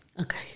Okay